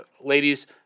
ladies